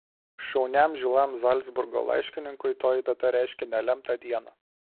šauniam žilam zalcburgo laiškininkui toji data reiškė nelemtą dieną